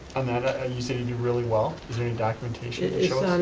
um and ah you said you did really well, is there any documentation to show